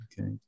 okay